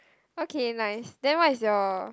okay nice then what is your